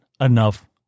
enough